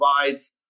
provides